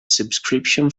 subscription